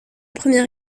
première